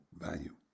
value